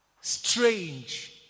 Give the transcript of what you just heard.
strange